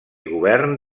govern